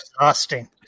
exhausting